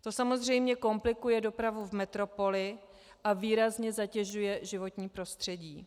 To samozřejmě komplikuje dopravu v metropoli a výrazně zatěžuje životní prostředí.